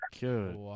Good